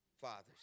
fathers